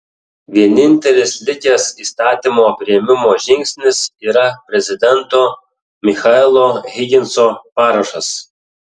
vienintelis likęs įstatymo priėmimo žingsnis yra prezidento michaelo higginso parašas